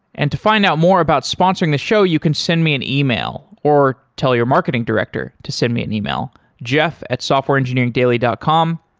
and to find out more about sponsoring the show, you can send me an yeah e-mail or tell your marketing director to send me an e-mail jeff at softwareengineeringdaily dot com.